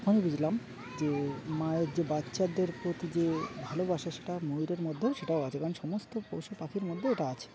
তখনই বুঝলাম যে মায়ের যে বাচ্চাদের প্রতি যে ভালোবাসা সেটা ময়ূরের মধ্যেও সেটাও আছে কারণ সমস্ত পশু পাখির মধ্যেও এটা আছে